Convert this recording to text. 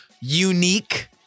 unique